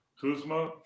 Kuzma